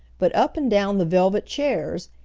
but up and down the velvet chairs,